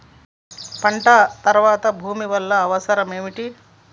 పంట తర్వాత భూమి వల్ల అవసరం ఏమిటి?